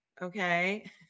Okay